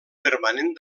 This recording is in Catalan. permanent